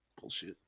bullshit